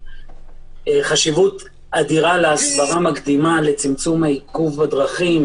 יש חשיבות אדירה להסברה מקדימה לצמצום העיכוב בדרכים,